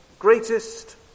greatest